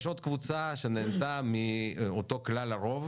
יש עוד קבוצה שנהנתה מאותו כלל הרוב